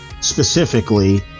specifically